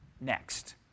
next